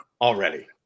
already